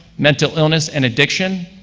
mental illness and addiction,